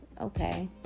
okay